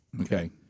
Okay